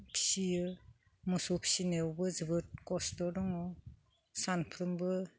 फिसियो मोसौ फिसिनायावबो जोबोद कस्त' दङ सानफ्रोमबो